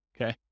okay